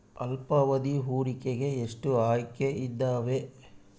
ಅಲ್ಪಾವಧಿ ಹೂಡಿಕೆಗೆ ಎಷ್ಟು ಆಯ್ಕೆ ಇದಾವೇ?